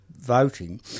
voting